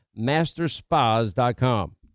masterspas.com